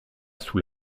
sous